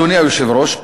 אדוני היושב-ראש,